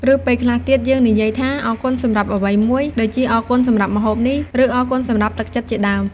ឬ ពេលខ្លះទៀតយើងនិយាយថា អរគុណសម្រាប់អ្វីមួយ ដូចជាអរគុណសម្រាប់ម្ហូបនេះ ឬ អរគុណសម្រាប់ទឹកចិត្តជាដើម។